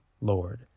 Lord